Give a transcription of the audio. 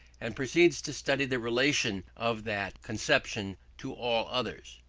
and proceeds to study the relation of that conception to all others.